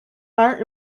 are